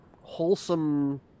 wholesome